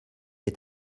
est